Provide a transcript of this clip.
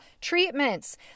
treatments